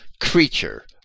creature